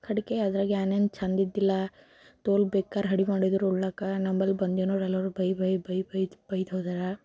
ಕಡೆಗೆ ಅದರಾಗೆ ಏನೇನೂ ಚೆಂದಿದ್ದಿಲ್ಲ ತೋಲ್ ಬೇಕಾರ ಹಡಿ ಮಾಡಿದ್ರು ಉಣ್ಣೋಕ್ಕೆ ನಂಬಳಿ ಬಂದಿದವ್ರು ಎಲ್ಲರು ಬೈ ಬೈ ಬೈ ಬೈದು ಬೈದು ಹೋದರು